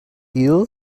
you